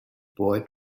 boy